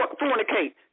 fornicate